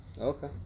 okay